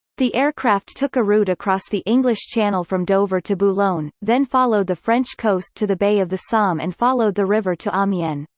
the aircraft took a route across the english channel from dover to boulogne, then followed the french coast to the bay of the somme and followed the river to um yeah amiens.